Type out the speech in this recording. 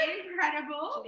incredible